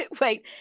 Wait